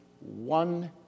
one